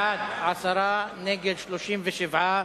עשרה בעד, 37 נגד.